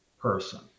person